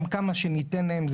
גם כמה שניתן להם,